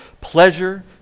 pleasure